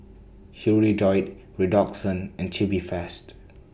Hirudoid Redoxon and Tubifast